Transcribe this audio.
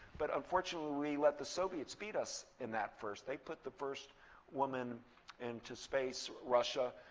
but unfortunately we let the soviets beat us in that first. they put the first woman into space, russia.